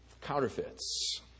counterfeits